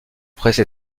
presse